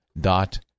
dot